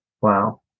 Wow